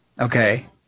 Okay